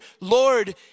Lord